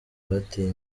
bateye